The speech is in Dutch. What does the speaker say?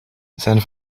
zijn